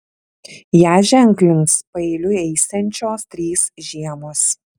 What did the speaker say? ją ženklins paeiliui eisiančios trys žiemos